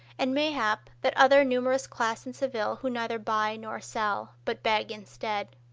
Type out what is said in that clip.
and, mayhap, that other numerous class in seville who neither buy nor sell, but beg instead.